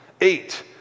eight